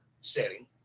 setting